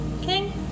Okay